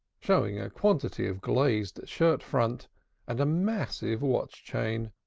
showing a quantity of glazed shirtfront and a massive watch chain.